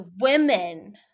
women